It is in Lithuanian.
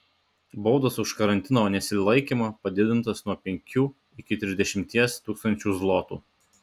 baudos už karantino nesilaikymą padidintos nuo penkių iki trisdešimties tūkstančių zlotų